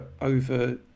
over